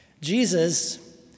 Jesus